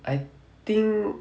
I think